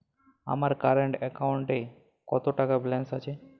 আমার কারেন্ট অ্যাকাউন্টে কত টাকা ব্যালেন্স আছে?